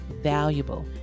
valuable